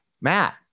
Matt